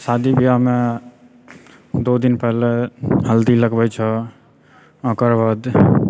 शादी ब्याहमे दो दिन पहिले हल्दी लगबै छै ओकर बाद